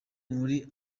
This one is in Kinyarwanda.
muri